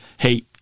hey